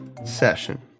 Session